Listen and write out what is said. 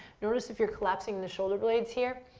notice if you're collapsing the shoulder blades here.